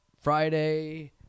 Friday